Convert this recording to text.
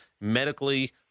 medically